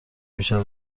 بیشتر